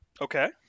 Okay